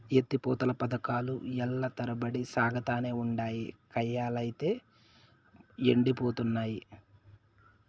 ఎత్తి పోతల పదకాలు ఏల్ల తరబడి సాగతానే ఉండాయి, కయ్యలైతే యెండిపోతున్నయి